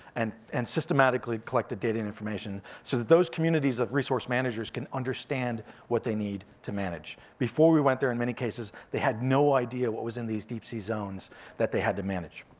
and and systematically collected data and information so that those communities of resource managers can understand what they need to manage. before we went there, in many cases, they had no idea what was in these deep sea zones that they had to manage.